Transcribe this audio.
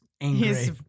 angry